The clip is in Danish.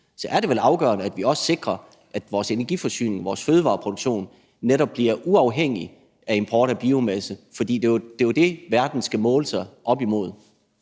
er det vel afgørende, at vi også sikrer, at vores energiforsyning og vores fødevareproduktion netop bliver uafhængig af import af biomasse, for det er jo det, verden skal måle sig op imod.